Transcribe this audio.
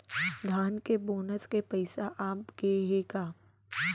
धान के बोनस के पइसा आप गे हे का?